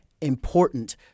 Important